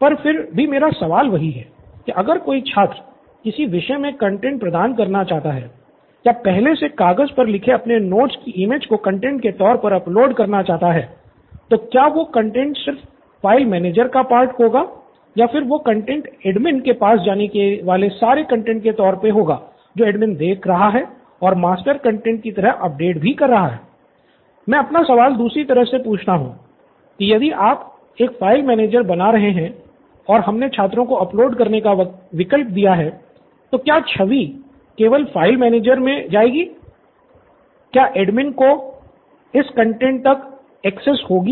पर फिर भी मेरा सवाल वही है की अगर कोई छात्र किसी विषय मे कंटैंट प्रदान करना चाहता है या पहले से कागज़ पर लिखे अपने नोट्स की इमेज होगी कि नहीं